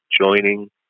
joining